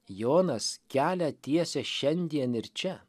jonas kelią tiesia šiandien ir čia